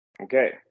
okay